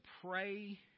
pray